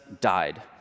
died